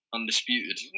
Undisputed